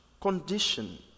condition